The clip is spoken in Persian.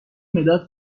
مداد